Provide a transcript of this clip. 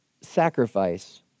sacrifice